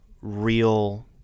real